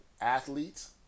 athletes